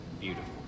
beautiful